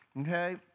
okay